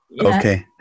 Okay